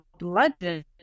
legend